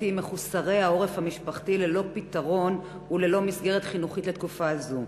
מחוסרי העורף המשפחתי ללא פתרון וללא מסגרת חינוכית לתקופה זו.